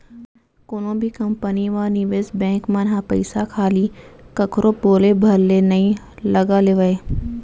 कोनो भी कंपनी म निवेस बेंक मन ह पइसा खाली कखरो बोले भर ले नइ लगा लेवय